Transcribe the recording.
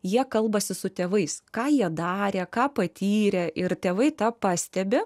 jie kalbasi su tėvais ką jie darė ką patyrė ir tėvai tą pastebi